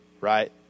right